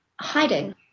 hiding